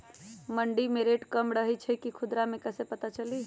मंडी मे रेट कम रही छई कि खुदरा मे कैसे पता चली?